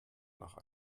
nach